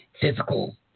physical